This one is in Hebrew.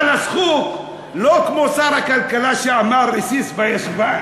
אבל הסחוג, לא כמו שר הכלכלה שאמר, רסיס בישבן,